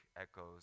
echoes